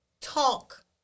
talk